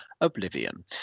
oblivion